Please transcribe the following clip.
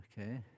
Okay